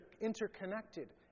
interconnected